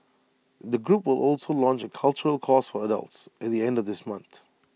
the group will also launch A cultural course for adults at the end of this month